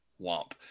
womp